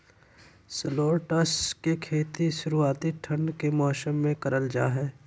shallots के खेती शुरुआती ठंड के मौसम मे करल जा हय